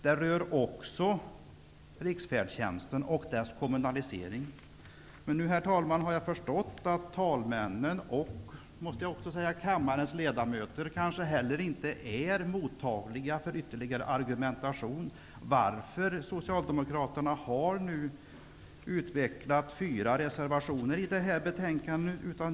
Det rör också riksfärdtjänsten och dess kommunalisering. Herr talman! Jag har förstått att talmännen och också kammarens ledamöter kanske inte är mottagliga för ytterligare argumentation. Socialdemokraterna har fogat fyra reservationer till detta betänkande.